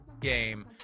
game